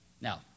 Now